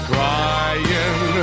Crying